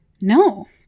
No